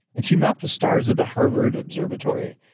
and she mapped the stars at the harvard observatory.